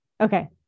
Okay